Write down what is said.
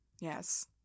Yes